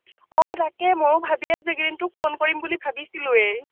অঁ তাকে ময়ো ভাবি আছোঁ এইকেইদিন তোক ফোন কৰিম বুলি ভাবিছিলোৱেই